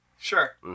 Sure